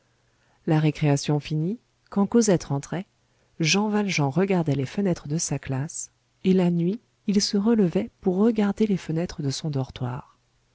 la récréation finie quand cosette rentrait jean valjean regardait les fenêtres de sa classe et la nuit il se relevait pour regarder les fenêtres de son dortoir